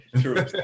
True